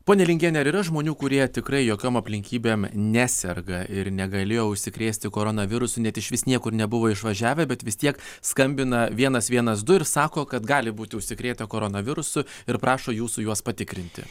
ponia lingiene ar yra žmonių kurie tikrai jokiom aplinkybėm neserga ir negalėjo užsikrėsti koronavirusu net išvis niekur nebuvo išvažiavę bet vis tiek skambina vienas vienas du ir sako kad gali būti užsikrėtę koronavirusu ir prašo jūsų juos patikrinti